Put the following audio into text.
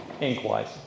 ink-wise